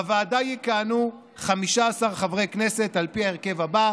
בוועדה יכהנו 15 חברי כנסת על פי ההרכב הזה: